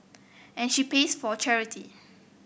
and she plays for charity